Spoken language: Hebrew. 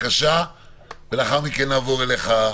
לאחר מכן נחזור אליך,